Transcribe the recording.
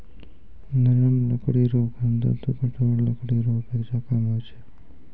नरम लकड़ी रो घनत्व कठोर लकड़ी रो अपेक्षा कम होय छै